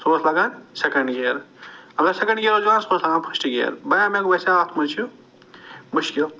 سُہ اوس لَگان سیکنٛڈ گیر اگر سیکنٛڈ گیر اوس دِوان سُہ اوس لَگان فٔسٹہٕ گیر بایا مےٚ باسٮ۪و اتھ منٛز چھِ مُشکِل